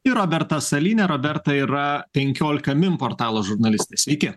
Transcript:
ir roberta salynė roberta yra penkiolika min portalo žurnalistė sveiki